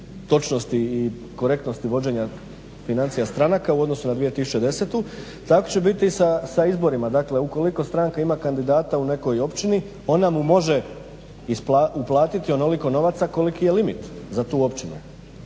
točnosti i korektnosti vođenja financija stranaka u odnosu na 2010. tako će biti i sa izborima. Dakle ukoliko stranka ima kandidata u nekoj općini ona mu može isplatiti onoliko novaca koliki je limiti za tu općinu.